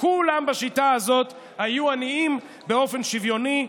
כולם בשיטה הזאת היו עניים באופן שוויוני.